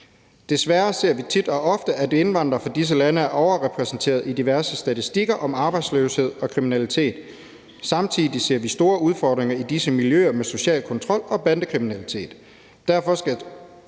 Desværre ser vi tit og ofte, at indvandrere fra disse lande er overrepræsenteret i diverse statistikker om arbejdsløshed og kriminalitet. Samtidig ser vi store udfordringer i disse miljøer med social kontrol og bandekriminalitet.